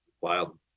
Wild